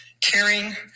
caring